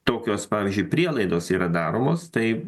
tokios pavyzdžiui prielaidos yra daromos tai